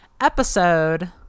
episode